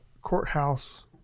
courthouse